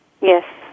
Yes